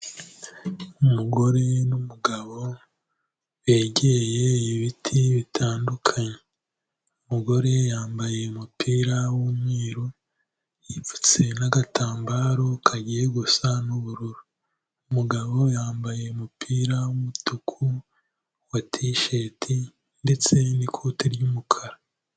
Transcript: Umugore n'umugabo begeye ibiti bitandukanye, umugore yambaye umupira w'umweru, yipfutse n'agatambaro kagiye gusa n'ubururu, umugabo yambaye umupira w'umutuku wa tisheti ndetse n'ikoti ry'umukara.